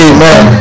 Amen